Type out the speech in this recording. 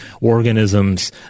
organisms